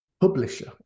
publisher